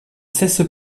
cesse